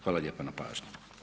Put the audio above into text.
Hvala lijepa na pažnji.